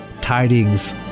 tidings